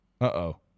Uh-oh